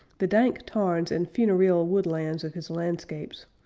the dank tarns and funereal woodlands of his landscapes,